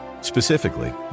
Specifically